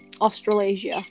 Australasia